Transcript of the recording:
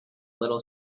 little